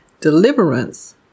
deliverance